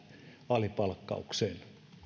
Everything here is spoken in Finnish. alipalkkauksen